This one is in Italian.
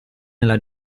nella